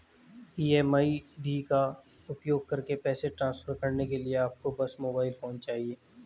MMID का उपयोग करके पैसे ट्रांसफर करने के लिए आपको बस मोबाइल फोन चाहिए